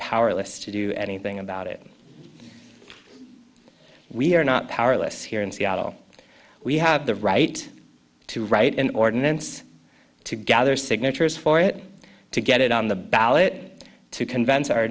powerless to do anything about it we are not powerless here in seattle we have the right to write an ordinance to gather signatures for it to get it on the ballot to convince our